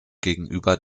gegenüber